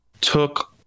took